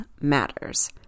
matters